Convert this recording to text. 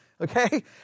Okay